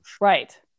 Right